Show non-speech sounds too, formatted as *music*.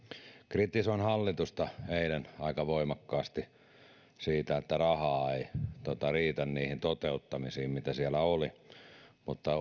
kritisoin hallitusta *unintelligible* eilen aika voimakkaasti siitä että rahaa ei riitä niihin toteuttamisiin mitä siellä oli mutta